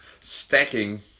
stacking